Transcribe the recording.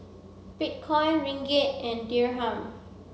Bitcoin Ringgit and Dirham